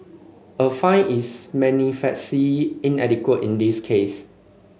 a fine is inadequate in this case